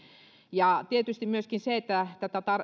ja myöskin tietysti tätä